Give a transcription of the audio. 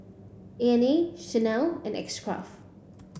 Nan Chanel and X Craft